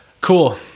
cool